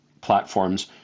platforms